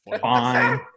Fine